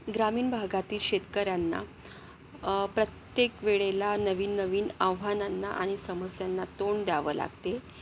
ग्रामीण भागातील शेतकऱ्यांना प्रत्येक वेळेला नवीननवीन आव्हानांना आणि समस्यांना तोंड द्यावं लागते